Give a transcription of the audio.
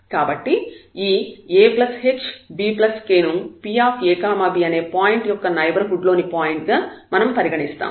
కాబట్టి ఈ ahbk ను Pab అనే పాయింట్ యొక్క నైబర్హుడ్ లోని పాయింట్ గా మనం పరిగణిస్తాము